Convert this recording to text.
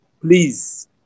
Please